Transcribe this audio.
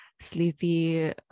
sleepy